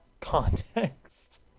context